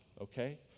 okay